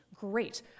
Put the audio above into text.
great